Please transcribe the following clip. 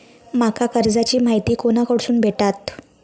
माका कर्जाची माहिती कोणाकडसून भेटात?